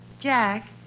Jack